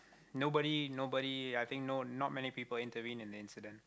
nobody nobody I think no not many people intervene in the incident